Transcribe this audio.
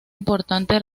importante